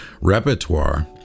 repertoire